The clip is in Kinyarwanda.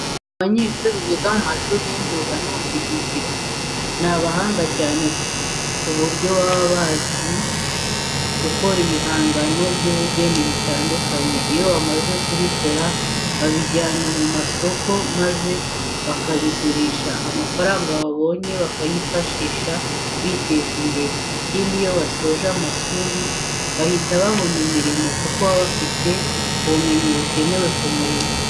Abanyeshuri biga mu mashuri y'imyuga n'ubumenyingiro, ni abahanga cyane ku buryo baba bazi gukora ibihangano by'ubugeni bitandukanye. Iyo bamaze kubikora babijyana ku masoko maza bakabigurisha, amafaranga babonye bakayifashisha biteza imbere. Ikindi, iyo basoje amashuri bahita babona imirimo kuko baba bafite ubumenyi bukenewe ku murimo.